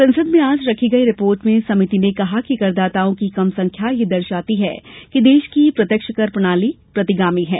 संसद में आज रखी गई रिपोर्ट में समिति ने कहा कि करदाताओं की कम संख्या यह दर्शाती है कि देश की प्रत्यक्ष कर प्रणाली प्रतिगामी है